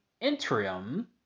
interim